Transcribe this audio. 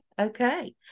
Okay